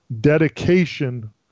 dedication